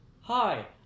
Hi